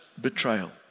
betrayal